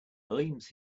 blames